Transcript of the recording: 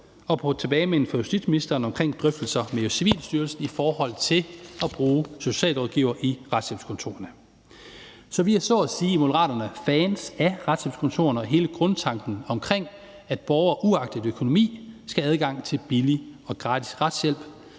til en tilbagemelding fra justitsministeren om drøftelser med Civilstyrelsen i forhold til at bruge socialrådgivere i retshjælpskontorerne. Så vi er i Moderaterne så at sige fans af retshjælpskontorerne og hele grundtanken om, at borgere uagtet økonomi skal have adgang til billig og gratis retshjælp,